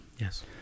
Yes